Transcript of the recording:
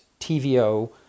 TVO